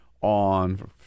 on